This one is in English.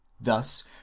Thus